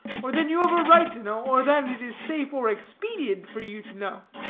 or than you have a right to know, or than it is safe or expedient for you to know,